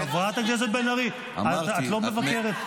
חברת הכנסת בן ארי, את לא מבקרת.